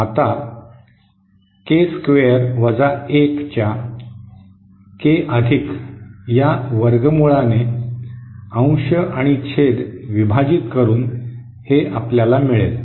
आता k square 1 च्या k या वर्गमुळाने ने अंश आणि छेद विभाजित करून हे आपल्याला मिळेल